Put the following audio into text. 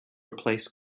replace